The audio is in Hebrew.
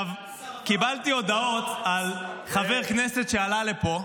קיבלתי הודעות על חבר כנסת שעלה לפה.